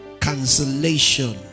cancellation